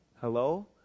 Hello